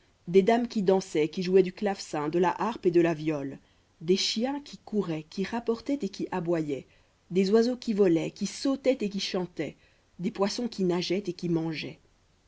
des dames qui dansaient qui jouaient du clavecin de la harpe et de la viole des chiens qui couraient qui rapportaient et qui aboyaient des oiseaux qui volaient qui sautaient et qui chantaient des poissons qui nageaient et qui mangeaient